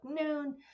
noon